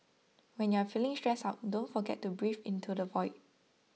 when you are feeling stressed out don't forget to breathe into the void